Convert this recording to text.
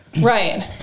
right